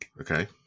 Okay